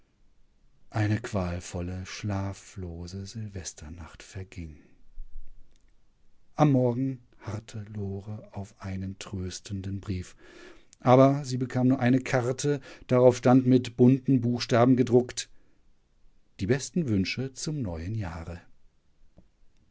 eine qualvolle schlaflose silvesternacht verging am morgen harrte lore auf einen tröstenden brief aber sie bekam nur eine karte darauf stand mit bunten buchstaben gedruckt die besten wünsche zum neuen jahre